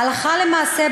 הלכה למעשה,